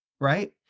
right